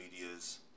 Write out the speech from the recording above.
Media's